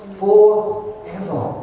forever